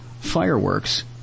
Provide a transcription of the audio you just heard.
fireworks